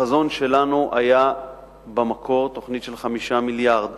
החזון שלנו היה במקור תוכנית של 5 מיליארדים.